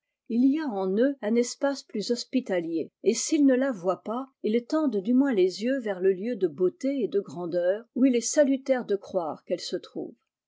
il y a en eux un espace plus hospitalier et s'ils ne la voient pas ils tendent du moins les yeux vers le lieu de beauté et de grandeur oti il est salu taire de croire qu'elle se trouve